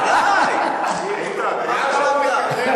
בוודאי, מה השאלה.